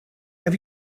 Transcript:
have